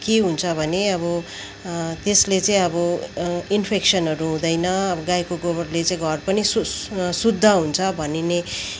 के हुन्छ भने अब त्यसले चाहिँ अब इन्फेकसनहरू हुँदेन गाईको गोबरले चाहिँ घर पनि सु शुद्ध हुन्छ भनिने